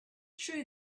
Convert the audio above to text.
true